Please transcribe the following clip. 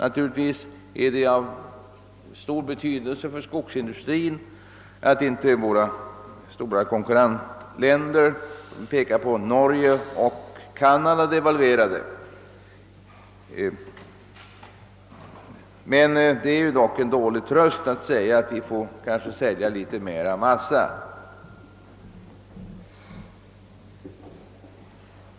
Givetvis har det stor betydelse för skogsindustrin att våra stora konkurrentländer Norge och Canada inte devalverade, men det är en dålig tröst att vi kanske får sälja litet mer massa.